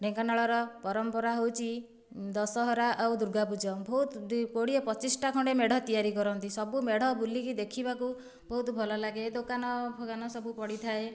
ଢେଙ୍କାନାଳର ପରମ୍ପରା ହେଉଛି ଦଶହରା ଆଉ ଦୁର୍ଗାପୂଜା ବହୁତ ଦି କୋଡ଼ିଏ ପଚିଶଟା ଖଣ୍ଡେ ମେଢ଼ ତିଆରି କରନ୍ତି ସବୁ ମେଢ଼ ବୁଲିକି ଦେଖିବାକୁ ବହୁତ ଭଲ ଲାଗେ ଏ ଦୋକାନଫୋକାନ ସବୁ ପଡ଼ିଥାଏ